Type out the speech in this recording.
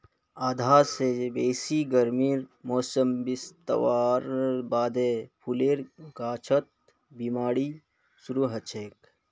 आधा स बेसी गर्मीर मौसम बितवार बादे फूलेर गाछत बिमारी शुरू हैं जाछेक